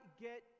get